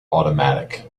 automatic